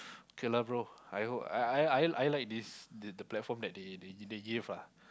okay lah bro I hope I I I I like this the platform they they they give lah